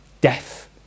Death